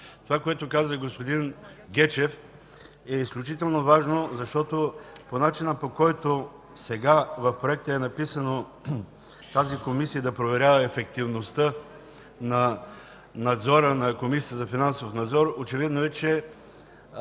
Това, което каза господин Гечев, е изключително важно, защото по начина, по който сега е написано в проекта – тази Комисия да проверява ефективността на надзора на Комисията за финансов надзор, очевидно е, че